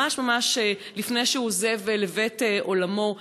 ממש לפני שהוא עוזב לבית עולמו,